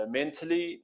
Mentally